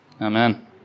Amen